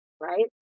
Right